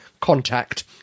contact